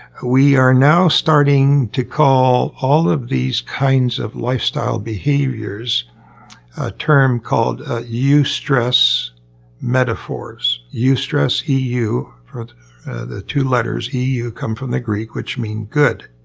we are now starting to call all of these kinds of lifestyle behaviors a term called eustress metaphors e u, for the the two letters e u come from the greek, which mean good,